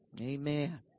Amen